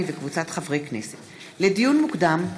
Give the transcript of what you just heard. לדיון מוקדם,